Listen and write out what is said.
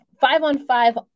Five-on-five